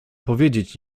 powiedzieć